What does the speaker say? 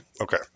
Okay